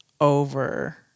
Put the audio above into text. over